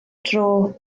dro